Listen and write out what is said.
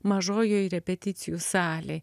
mažojoj repeticijų salėj